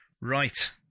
right